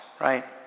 right